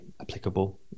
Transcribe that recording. applicable